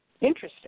Interesting